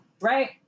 right